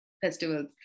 festivals